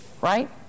right